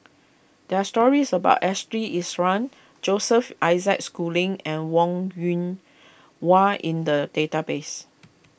there are stories about Ashley Isham Joseph Isaac Schooling and Wong Yoon Wah in the database